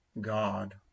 God